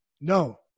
No